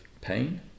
pain